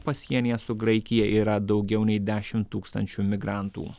pasienyje su graikija yra daugiau nei dešim tūkstančių migrantų